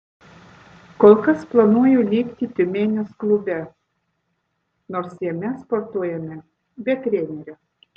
kol kas planuoju likti tiumenės klube nors jame sportuojame be trenerio